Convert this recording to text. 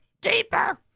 Deeper